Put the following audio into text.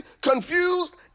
confused